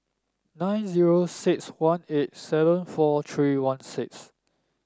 nine zero six one eight seven four three one six